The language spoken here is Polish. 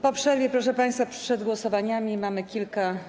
Po przerwie, proszę państwa, przed głosowaniami mamy kilka.